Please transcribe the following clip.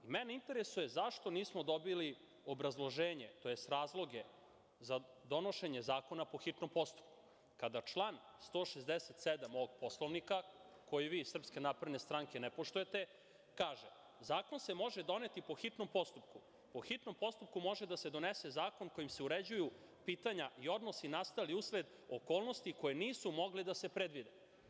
Mene interesuje zašto nismo dobili obrazloženje, tj. razloge za donošenje zakona po hitnom postupku, kada član 167. ovog Poslovnika, koji vi iz SNS ne poštujete, kaže – zakon se može doneti po hitnom postupku, a po hitnom postupku može da se donese zakon kojim se uređuju pitanja i odnosi nastali usled okolnosti koje nisu mogle da se predvide.